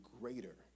greater